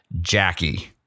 Jackie